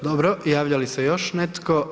Dobro, javlja li se još netko?